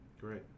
Great